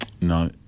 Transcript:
No